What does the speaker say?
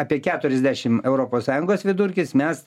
apie keturiasdešim europos sąjungos vidurkis mes